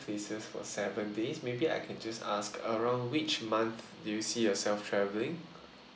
places for seven days maybe I can just ask around which month do you see yourself travelling